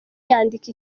yandika